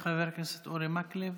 חבר הכנסת אורי מקלב.